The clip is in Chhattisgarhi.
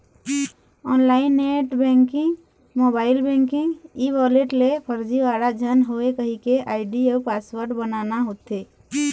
online net banking, mobile banking, e wallet ले फरजीवाड़ा झन होए कहिके आईडी अउ पासवर्ड बनाना होथे